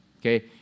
Okay